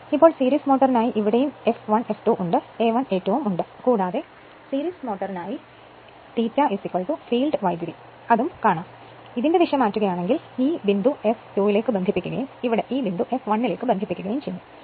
ഇപ്പോൾ സീരീസ് മോട്ടോറിനായി ഇവിടെയും F1 F2 ഉണ്ട് A1 A2 ഉണ്ട് കൂടാതെ സീരീസ് മോട്ടോറിനായി ∅ ഫീൽഡ് കറന്റ് ഉണ്ട് യഥാർത്ഥത്തിൽ ഇതിന്റെ ദിശ മാറ്റുകയാണെങ്കിൽ ഈ ബിന്ദു F2 ലേക്ക് ബന്ധിപ്പിക്കുകയും ഈ ബിന്ദു F1 ലേക്ക് ബന്ധിപ്പിക്കുകയും ചെയ്യുന്നു